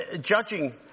judging